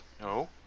No